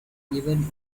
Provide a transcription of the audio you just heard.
given